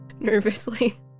nervously